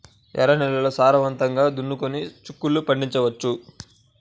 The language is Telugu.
ఎర్ర నేలల్లో సారవంతంగా దున్నుకొని చిక్కుళ్ళు పండించవచ్చు